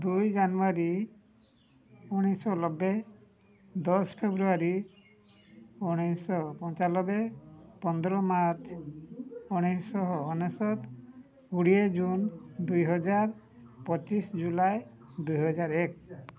ଦୁଇ ଜାନୁଆରୀ ଉଣେଇଶହ ନବେ ଦଶ ଫେବୃଆରୀ ଉଣେଇଶହ ପଞ୍ଚାନବେ ପନ୍ଦର ମାର୍ଚ୍ଚ ଉଣେଇଶହ ଅନେଶ୍ୱତ କୋଡ଼ିଏ ଜୁନ୍ ଦୁଇହଜାର ପଚିଶ ଜୁଲାଇ ଦୁଇହଜାର ଏକ